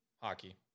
Hockey